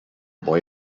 boy